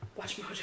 WatchMojo